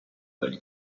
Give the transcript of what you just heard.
del